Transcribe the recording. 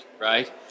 right